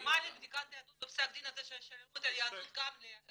ומה לבדיקת יהדות בפסק הדין הזה ש- -- על יהדות גם לגברת,